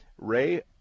Ray